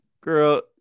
Girl